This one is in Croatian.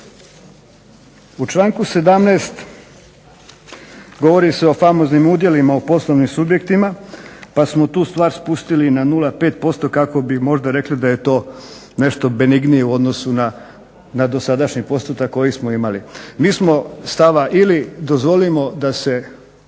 U članku 17. govori se o famoznim udjelima u poslovnim subjektima pa smo tu stvar spustili na 0,5 posto kako bi možda rekli da je to nešto benignije u odnosu na dosadašnji postotak koji smo imali. Mi smo stava ili dozvolimo da se